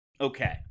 okay